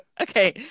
Okay